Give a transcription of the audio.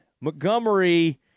Montgomery